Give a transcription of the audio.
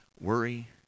worry